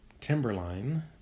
Timberline